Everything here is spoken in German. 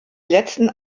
letzten